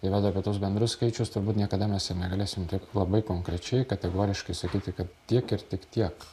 tai vat apie tuos bendrus skaičius turbūt niekada mes negalėsim taip labai konkrečiai kategoriškai sakyti kad tiek ir tik tiek